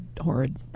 horrid